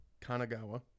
Kanagawa